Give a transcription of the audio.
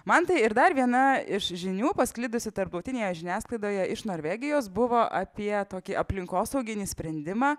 mantai ir dar viena iš žinių pasklidusi tarptautinėje žiniasklaidoje iš norvegijos buvo apie tokį aplinkosauginį sprendimą